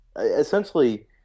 essentially